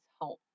home